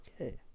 Okay